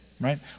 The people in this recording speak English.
right